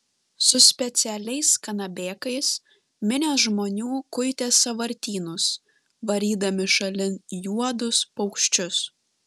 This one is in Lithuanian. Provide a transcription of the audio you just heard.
su specialiais kanabėkais minios žmonių kuitė sąvartynus varydami šalin juodus paukščius